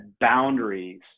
boundaries